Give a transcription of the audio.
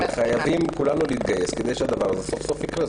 כולנו חייבים להתגייס כדי שהדבר הזה סוף-סוף יקרה,